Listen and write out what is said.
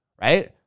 right